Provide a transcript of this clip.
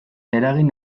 eragin